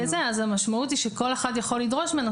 אז המשמעות היא שכל אחד יכול לדרוש ממנו,